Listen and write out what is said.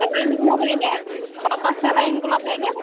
স্যালাইনগুলোও দেয় নে পাতার স্যালাইনগুলো দেয় নে